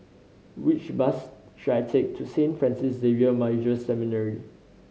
which bus should I take to Saint Francis Xavier Major Seminary